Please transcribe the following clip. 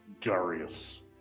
Darius